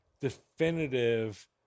definitive